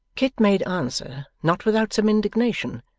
kit made answer, not without some indignation,